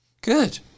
good